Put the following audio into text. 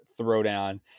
throwdown